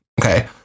Okay